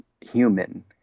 human